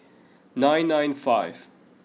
nine nine five